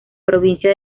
provincia